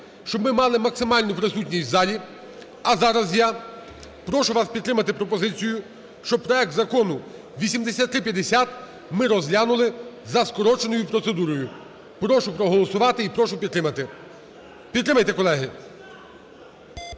щоб ми мали максимальну присутність в залі. А зараз я прошу вас підтримати пропозицію, щоб проект Закону 8350 ми розглянули за скороченою процедурою. Прошу проголосувати і прошу підтримати. Підтримайте, колеги,